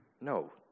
no